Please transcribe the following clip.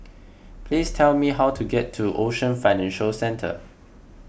please tell me how to get to Ocean Financial Centre